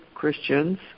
Christians